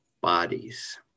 bodies